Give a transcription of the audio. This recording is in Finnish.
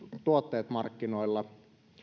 tuotteet markkinoilla